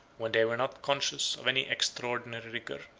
when they were not conscious of any extraordinary rigor.